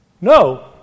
No